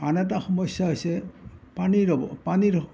আন এটা সমস্যা হৈছে পানীৰ পানীৰ